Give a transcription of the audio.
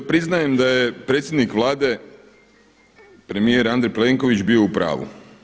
Ja priznajem da je predsjednik Vlade premijer Andrej Plenković bio u pravu.